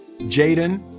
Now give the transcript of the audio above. Jaden